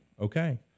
okay